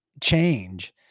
change